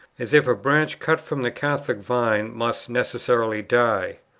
as if a branch cut from the catholic vine must necessarily die.